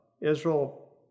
Israel